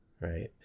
right